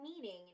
meeting